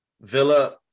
Villa